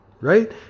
Right